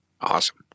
Awesome